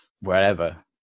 wherever